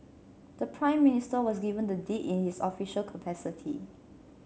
the Prime Minister was given the deed in his official capacity